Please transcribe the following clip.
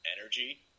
energy